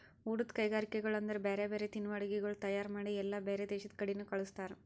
ಊಟದ್ ಕೈಗರಿಕೆಗೊಳ್ ಅಂದುರ್ ಬ್ಯಾರೆ ಬ್ಯಾರೆ ತಿನ್ನುವ ಅಡುಗಿಗೊಳ್ ತೈಯಾರ್ ಮಾಡಿ ಎಲ್ಲಾ ಬ್ಯಾರೆ ದೇಶದ ಕಡಿನು ಕಳುಸ್ತಾರ್